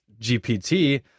GPT